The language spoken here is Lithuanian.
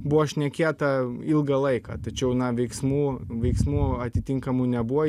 buvo šnekėta ilgą laiką tačiau na veiksmų veiksmų atitinkamų nebuvo